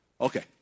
Okay